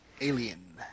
alien